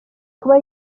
kuba